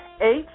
Eight